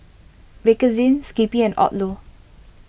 Bakerzin Skippy and Odlo